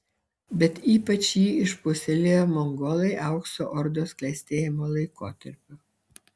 bet ypač jį išpuoselėjo mongolai aukso ordos klestėjimo laikotarpiu